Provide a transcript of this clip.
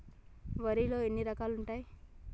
వరిలో ఎన్ని రకాలు ఉంటాయి?